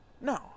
No